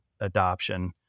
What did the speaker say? adoption